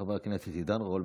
חבר הכנסת עידן רול,